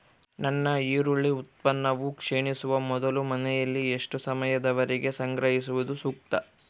ನನ್ನ ಈರುಳ್ಳಿ ಉತ್ಪನ್ನವು ಕ್ಷೇಣಿಸುವ ಮೊದಲು ಮನೆಯಲ್ಲಿ ಎಷ್ಟು ಸಮಯದವರೆಗೆ ಸಂಗ್ರಹಿಸುವುದು ಸೂಕ್ತ?